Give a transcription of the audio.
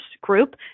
group